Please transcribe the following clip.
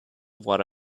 what